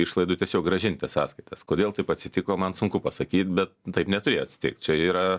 išlaidų tiesiog grąžinti sąskaitas kodėl taip atsitiko man sunku pasakyt bet taip neturėjo atsitikt čia yra